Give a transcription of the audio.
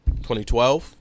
2012